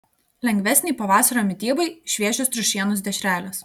lengvesnei pavasario mitybai šviežios triušienos dešrelės